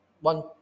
one